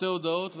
שתי הודעות,